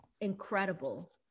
incredible